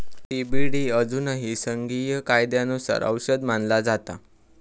CBD अजूनही संघीय कायद्यानुसार औषध मानला जाता